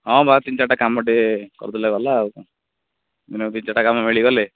ହଁ ତିନି ଚାରିଟା କାମ ଟିକେ କରି ଦେଲେ ଗଲା କ'ଣ ମିନିମମ୍ ଦୁଇ ଚାରିଟା କାମ ମିଳିଗଲେ